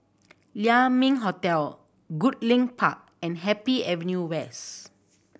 Lai Ming Hotel Goodlink Park and Happy Avenue West